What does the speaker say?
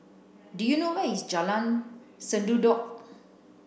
do you know where is Jalan Sendudok